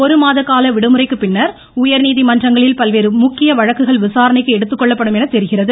ஒருமாத கால விடுமுறைக்குப்பின்னர் உயர்நீதிமன்றங்களில் பல்வேறு முக்கிய வழக்குகள் விசாரணைக்கு எடுத்துக்கொள்ளப்படும் என தெரிகிறது